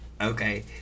okay